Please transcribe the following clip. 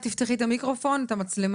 כן, בשמחה.